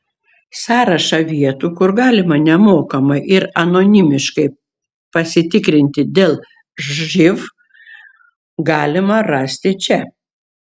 sąrašą vietų kur galima nemokamai ir anonimiškai pasitikrinti dėl živ galima rasti čia